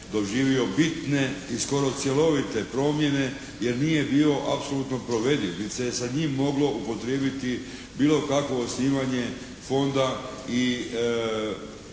doživio bitne i skoro cjelovite promjene jer nije bio apsolutno provediv nit se je sa njim moglo upotrijebiti bilo kakvo osnivanje fonda i